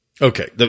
Okay